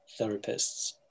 therapists